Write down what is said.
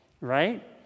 right